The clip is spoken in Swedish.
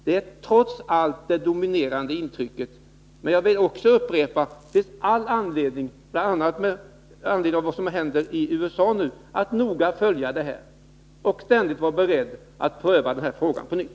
Detta är trots allt det dominerande intrycket. Men jag vill också upprepa att det finns all anledning, bl.a. på grund av vad som nu händer i USA, att noga följa denna fråga och ständigt vara beredd att pröva den på nytt.